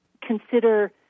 consider